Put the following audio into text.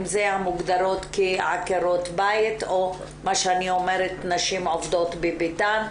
אם זה המוגדרות כעקרות בית או מה שאני אומרת נשים עובדות בביתן,